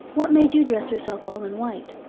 what made you dress yourself all in white?